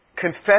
confess